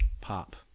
pop